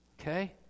Okay